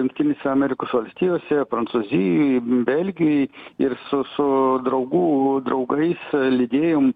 jungtinėse amerikos valstijose prancūzijoj belgijoj ir su su draugų draugais lydėjom